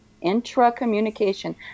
intra-communication